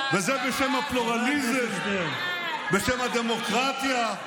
וזה בשם הפלורליזם, בשם הדמוקרטיה.